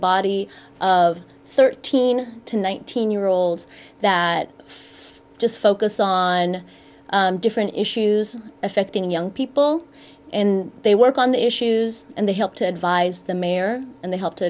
body of thirteen to nineteen year olds that just focus on different issues affecting young people and they work on the issues and they helped advise the mayor and the